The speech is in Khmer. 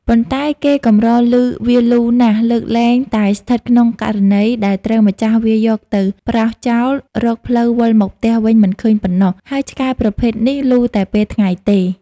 ប៉ុន្តែ គេកម្រឮវាលូណាស់លើកលែងតែស្ថិតក្នុងករណី ដែលត្រូវម្ចាស់វាយកទៅប្រោសចោល រកផ្លូវវិលមកផ្ទះវិញមិនឃើញប៉ុណ្ណោះ ហើយឆ្កែប្រភេទនេះលូតែពេលថ្ងៃទេ។